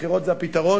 בחירות זה הפתרון,